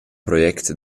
project